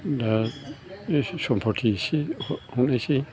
दा एसे सम्प'थि एसे हरनोसै